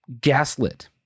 gaslit